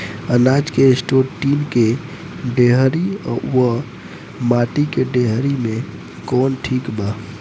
अनाज के store tin के डेहरी व माटी के डेहरी मे कवन ठीक बा?